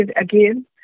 again